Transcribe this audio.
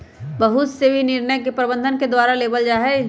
बहुत से निर्णय भी प्रबन्धन के द्वारा लेबल जा हई